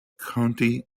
county